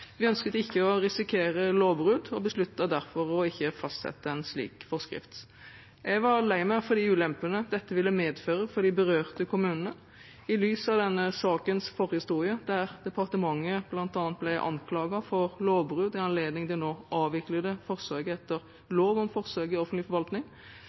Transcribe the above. Vi ønsket ikke å risikere lovbrudd og besluttet derfor ikke å fastsette en slik forskrift. Jeg var lei meg for de ulempene dette ville medføre for de berørte kommunene. I lys av denne sakens forhistorie, der departementet bl.a. ble anklaget for lovbrudd i anledning av det nå avviklede forsøket etter lov om forsøk i offentlig forvaltning,